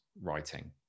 writing